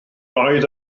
oedd